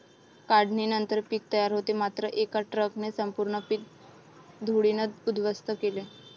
काढणीनंतर पीक तयार होते मात्र एका ट्रकने संपूर्ण पीक धुळीने उद्ध्वस्त केले